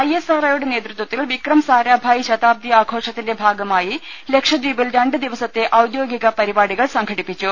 I S R O യുടെ നേതൃത്വത്തിൽ വിക്രം സാരാഭായി ശതാബ്ദി ആഘോഷത്തിന്റെ ഭാഗമായി ലക്ഷദ്വീപിൽ രണ്ട് ദിവസത്തെ ഔദ്യോഗിക പരിപാടികൾ സംഘടിപ്പിച്ചു